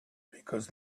because